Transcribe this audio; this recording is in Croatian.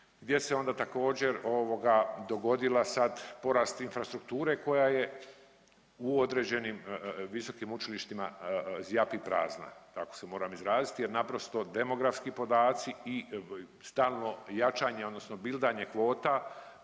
gdje se onda također ovoga dogodila sad porast infrastrukture koja je u određenim visokim učilištima zjapi prazna, tako se moram izraziti jer naprosto demografski podaci i stalno jačanje odnosno bildanje kvota